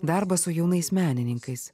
darbas su jaunais menininkais